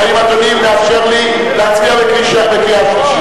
האם אדוני מאפשר לי להצביע בקריאה שלישית?